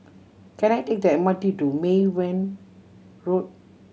can I take the M R T to Mei Hwan Road